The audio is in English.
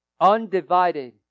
Undivided